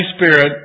Spirit